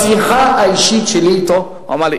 בשיחה האישית שלי אתו הוא אמר לי: